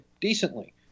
decently